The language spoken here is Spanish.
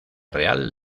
real